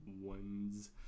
ones